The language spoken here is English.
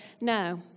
no